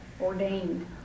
ordained